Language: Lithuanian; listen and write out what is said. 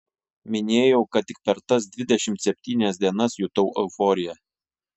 minėjau kad tik per tas dvidešimt septynias dienas jutau euforiją